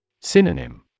Synonym